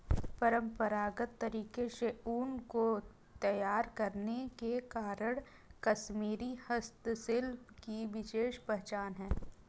परम्परागत तरीके से ऊन को तैयार करने के कारण कश्मीरी हस्तशिल्प की विशेष पहचान है